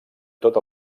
tot